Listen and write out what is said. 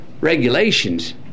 regulations